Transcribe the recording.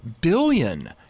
billion